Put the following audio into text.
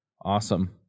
Awesome